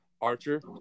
Archer